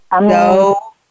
no